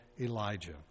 Elijah